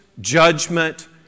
judgment